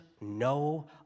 no